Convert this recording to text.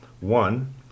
one